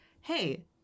hey